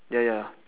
ya ya